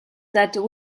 that